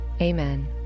Amen